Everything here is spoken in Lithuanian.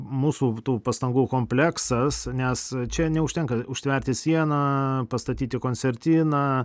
mūsų tų pastangų kompleksas nes čia neužtenka užtverti sieną pastatyti koncertiną